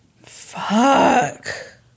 fuck